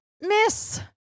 miss